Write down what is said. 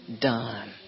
done